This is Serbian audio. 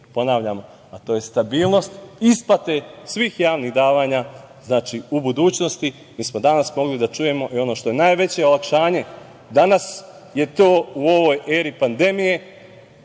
ponavljamo, a to je stabilnost isplate svih javnih davanja u budućnosti. Mi smo danas mogli da čujemo, ono što je najveće olakšanje danas u ovoj eri pandemije,